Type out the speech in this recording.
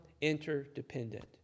interdependent